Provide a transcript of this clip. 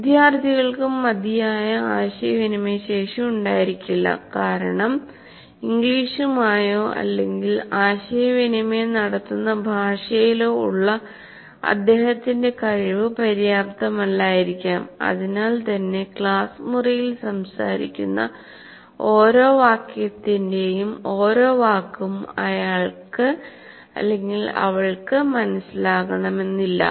വിദ്യാർത്ഥികൾക്കും മതിയായ ആശയവിനിമയ ശേഷി ഉണ്ടായിരിക്കില്ല കാരണം ഇംഗ്ലീഷുമായോ അല്ലെങ്കിൽ ആശയവിനിമയം നടത്തുന്ന ഭാഷയിലോ ഉള്ള അദ്ദേഹത്തിന്റെ കഴിവ് പര്യാപ്തമല്ലായിരിക്കാം അതിനാൽ തന്നെ ക്ലാസ് മുറിയിൽ സംസാരിക്കുന്ന ഓരോ വാക്യത്തിൻറെയും ഓരോ വാക്കും അയാൾ അവൾക്ക് മനസ്സിലാകണമെന്നില്ല